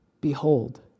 Behold